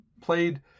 played